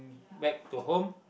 back to home